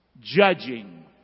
Judging